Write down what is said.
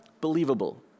believable